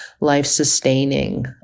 life-sustaining